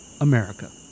America